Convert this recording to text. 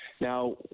Now